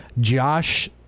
Josh